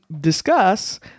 discuss